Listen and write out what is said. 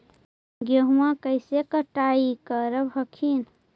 गेहुमा कैसे कटाई करब हखिन?